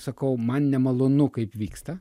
sakau man nemalonu kaip vyksta